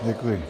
Děkuji.